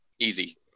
Easy